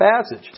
passage